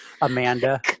Amanda